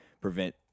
prevent